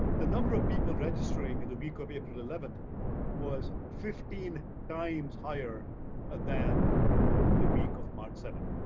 the number of people registering in the week of april eleven was fifteen times higher ah than the week of march seven.